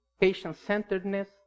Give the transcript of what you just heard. patient-centeredness